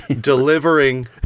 delivering